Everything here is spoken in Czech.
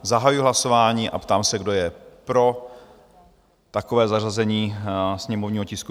Zahajuji hlasování a ptám se, kdo je pro takové zařazení sněmovního tisku 374?